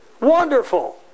Wonderful